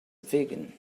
vegan